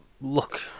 look